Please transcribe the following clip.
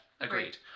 agreed